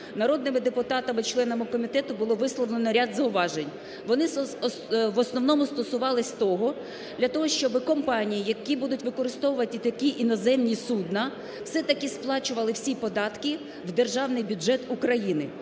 народними депутатами, членами комітету, було висловлено ряд зауважень. Вони в основному стосувалися того, для того, щоби компанії, які будуть використовувати такі іноземні судна, все-таки вплачували всі податки в Державний бюджет України.